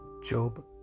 Job